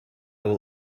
will